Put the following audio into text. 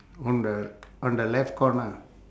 on the on the left corner